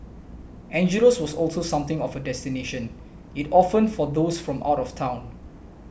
Angelo's was also something of a destination it often for those from out of town